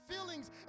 feelings